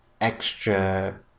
extra